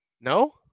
No